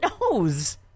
knows